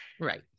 Right